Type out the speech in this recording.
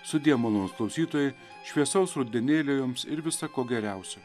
sudie malonūs klausytojai šviesaus rudenėlio jums ir visa ko geriausio